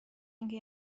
اینکه